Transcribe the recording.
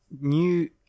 new